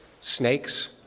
snakes